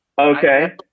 Okay